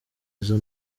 izo